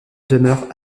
demeure